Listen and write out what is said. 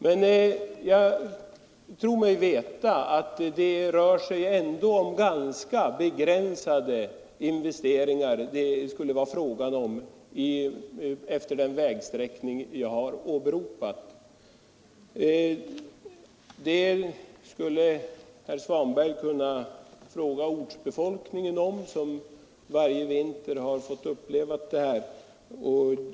Men jag tror mig veta att det ändå är ganska begränsade investeringar det skulle bli fråga om för den vägsträckning som jag har talat om. Det skulle herr Svanberg kunna fråga ortsbefolkningen om som varje vinter har fått uppleva svårigheterna.